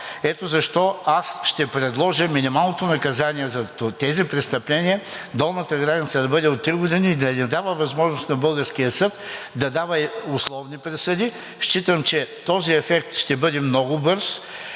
Ето защо аз ще предложа минималното наказание и долната граница за тези престъпления да бъде от три години и да не дава възможност на българския съд да дава условни присъди. Считам, че този ефект ще бъде много бърз,